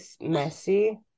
messy